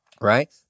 Right